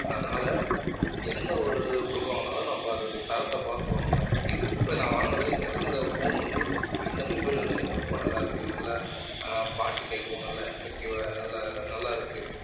அதனால எந்த ஒரு பொருள் வாங்கினாலும் நாம் அதோட தரத்தை பார்த்து வாங்கணும் இது இப்போ நான் வாங்கினதுலே இந்த இந்த ஃபோன் வந்து இந்த மொபைல் வந்து எனக்கு ரொம்ப நல்லாயிருக்கு நல்லா பாட்டு கேட்கவும் நல்ல எஃபக்டிவாக நல்ல நல்லாயிருக்கு